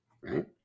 Right